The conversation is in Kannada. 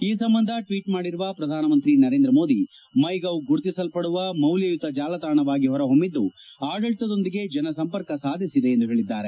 ಈ ಸಂಬಂಧ ಟ್ವೀಟ್ ಮಾಡಿರುವ ಪ್ರಧಾನಮಂತ್ರಿ ನರೇಂದ್ರ ಮೋದಿ ಮೈ ಗೌ ಗುರುತಿಸಲ್ಪದುವ ಮೌಲ್ಯಯುತ ಜಾಲತಾಣವಾಗಿ ಹೊರಹೊಮ್ಮಿದ್ದು ಆಡಳಿತದೊಂದಿಗೆ ಜನ ಸಂಪರ್ಕ ಸಾಧಿಸಿದೆ ಎಂದು ಹೇಳಿದ್ದಾರೆ